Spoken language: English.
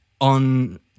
on